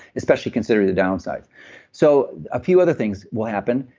especially considering the downsides so a few other things will happen,